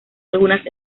algunas